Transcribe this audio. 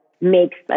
makes